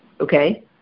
okay